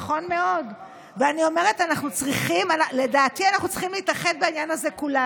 אדון חבר הכנסת אמסלם, אני מציע שתקשיב רגע.